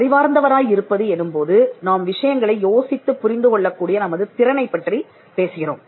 அறிவார்ந்தவராய் இருப்பது எனும்போது நாம் விஷயங்களை யோசித்துப் புரிந்து கொள்ளக் கூடிய நமது திறனைப் பற்றி பேசுகிறோம்